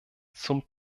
zum